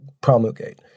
promulgate